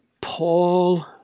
Paul